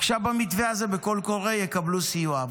עכשיו, במתווה הזה, בקול קורא יקבלו סיוע.